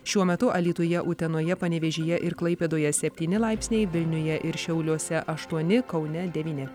šiuo metu alytuje utenoje panevėžyje ir klaipėdoje septyni laipsniai vilniuje ir šiauliuose aštuoni kaune devyni